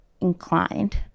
inclined